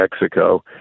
Mexico